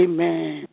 Amen